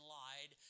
lied